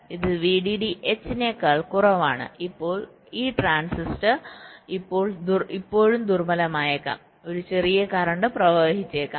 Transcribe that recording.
ഇത് VDDH നേക്കാൾ കുറവാണ് അപ്പോൾ ഈ ട്രാൻസിസ്റ്റർ ഇപ്പോഴും ദുർബലമായേക്കാം ഒരു ചെറിയ കറന്റ് പ്രവഹിച്ചേക്കാം